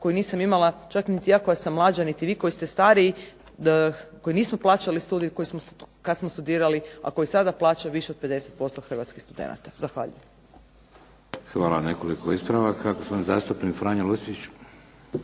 koju nisam imala čak ni ja koja sam mlađa niti vi koji ste stariji, koji nismo plaćali studij kad smo studirali a koji sada plaća više od 50% hrvatskih studenata. Zahvaljujem. **Šeks, Vladimir (HDZ)** Hvala. Nekoliko ispravaka. Gospodin zastupnik Franjo Lucić.